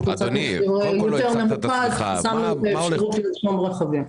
קבוצת מחיר נמוכה יותר אז עצרנו את שחרור כל הרכבים.